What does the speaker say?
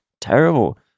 terrible